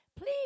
please